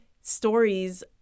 stories